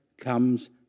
comes